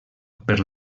per